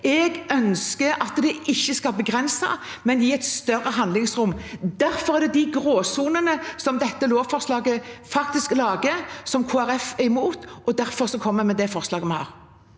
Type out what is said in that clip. Jeg ønsker at man ikke skal begrense, men gi et større handlingsrom. Derfor er det de gråsonene som dette lovforslaget faktisk lager, som Kristelig Folkeparti er imot, og derfor kommer vi med det forslaget vi har.